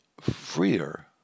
freer